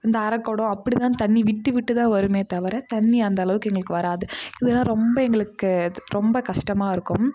இந்த அரைக் குடம் அப்படிதான் தண்ணி விட்டுவிட்டு தான் வருமே தவிர தண்ணி அந்தளவுக்கு எங்களுக்கு வராது இதலாம் ரொம்ப எங்களுக்கு ரொம்ப கஷ்டாமாயிருக்கும்